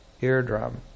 eardrum